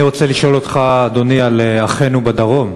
אני רוצה לשאול אותך על אחינו בדרום,